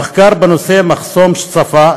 במחקר בנושא מחסום שפה,